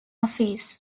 office